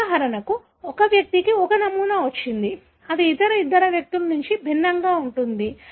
ఉదాహరణకు ఒక వ్యక్తికి ఒక నమూనా వచ్చింది అది ఇతర ఇద్దరు వ్యక్తుల నుండి చాలా భిన్నంగా ఉంటుంది